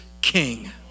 King